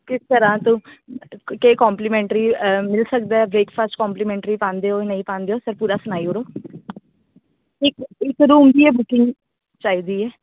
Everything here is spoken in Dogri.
किस तरह् तों केह् कम्पलीमैंटरी मिली सकदा ऐ ब्रेकफास्ट कम्पलीमैंटरी पांदे ओह् नेईं पांदे ओ सर पूरा सनाई ओड़ो इक इक रूम दी गै बुकिंग चाहिदी ऐ